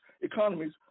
economies